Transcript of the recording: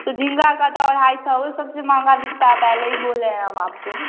तो झींगा का तो अढ़ाई सौ वो सबसे महंगा बिकता है पहले ही बोले हैं हम आपको